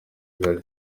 birori